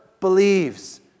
believes